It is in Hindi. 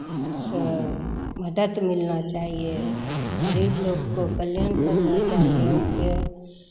सो मदद मिलना चाहिए गरीब लोक को कल्याण करना चाहिए और क्या